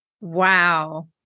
Wow